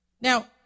Now